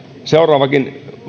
seuraavallakin